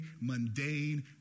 mundane